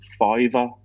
Fiverr